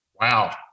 Wow